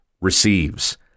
receives